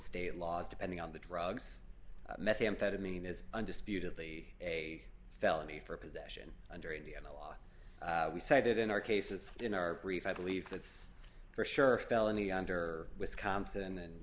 state laws depending on the drugs methamphetamine is undisputedly a felony for possession under indiana law we cited in our cases in our brief i believe that's for sure felony under wisconsin